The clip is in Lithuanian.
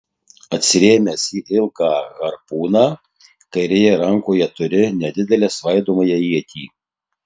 atsirėmęs į ilgą harpūną kairėje rankoje turi nedidelę svaidomąją ietį